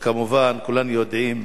וכמובן, כולנו יודעים